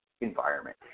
environment